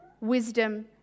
wisdom